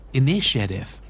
initiative